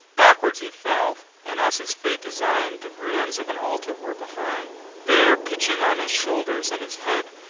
backward he fell and, as his fate design'd, the ruins of an altar were behind there, pitching on his shoulders and his head,